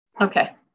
okay